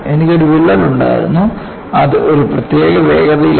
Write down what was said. എനിക്ക് ഒരു വിള്ളൽ ഉണ്ടായിരുന്നു അത് ഒരു പ്രത്യേക വേഗതയിലായിരുന്നു